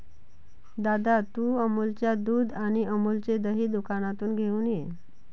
दादा, तू अमूलच्या दुध आणि अमूलचे दही दुकानातून घेऊन ये